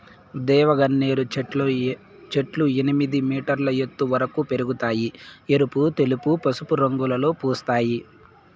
దేవగన్నేరు చెట్లు ఎనిమిది మీటర్ల ఎత్తు వరకు పెరగుతాయి, ఎరుపు, తెలుపు, పసుపు రంగులలో పూస్తాయి